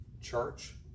Church